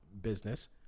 business